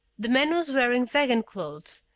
the man was wearing vegan clothes,